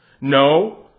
no